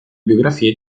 biografie